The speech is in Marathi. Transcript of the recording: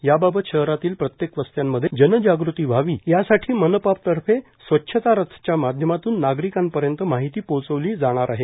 याबाबत शहरातील प्रत्येक वस्त्यांमध्ये जनजाग़ती व्हावी यासाठी मनपातर्फे स्वच्छता रथच्या माध्यमातून नागरिकांपर्यंत माहिती पोहोचविली जाणार आहे